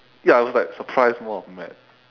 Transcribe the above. ya I was like surprised more of mad